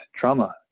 trauma